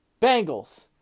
Bengals